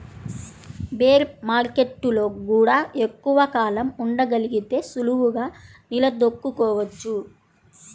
bear మార్కెట్టులో గూడా ఎక్కువ కాలం ఉండగలిగితే సులువుగా నిలదొక్కుకోవచ్చు